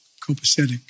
copacetic